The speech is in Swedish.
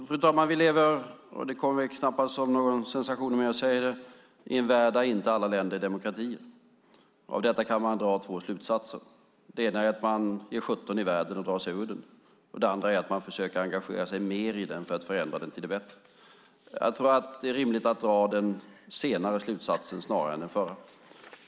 Fru talman! Vi lever, och det kommer knappast som någon sensation om jag säger det, i en värld där inte alla länder är demokratier. Av detta kan man dra två slutsatser. Den ena är att man ger sjutton i världen och drar sig ur den. Den andra är att man försöker engagera sig mer i den för att förändra den till det bättre. Jag tror att det är rimligt att dra den senare slutsatsen snarare än den förra.